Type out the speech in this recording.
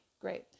Great